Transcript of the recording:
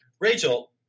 Rachel